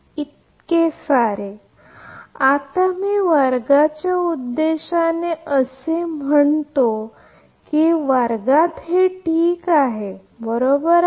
इतके सारे आता मी वर्गाच्या उद्देशाने असे म्हणतो की वर्गात हे ठीक आहे बरोबर आहे